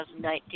2019